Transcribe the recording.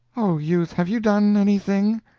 oh youth, have you done anything?